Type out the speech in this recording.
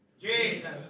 Jesus